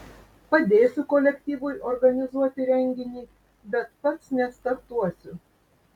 padėsiu kolektyvui organizuoti renginį bet pats nestartuosiu